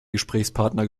gesprächspartner